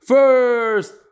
First